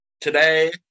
Today